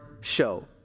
show